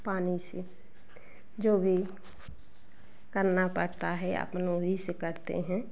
पानी से जो भी करना पड़ता है अपने उई से करते हैं